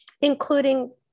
including